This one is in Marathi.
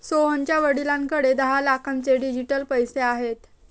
सोहनच्या वडिलांकडे दहा लाखांचे डिजिटल पैसे आहेत